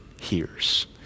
hears